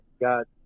got